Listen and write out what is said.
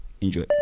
Enjoy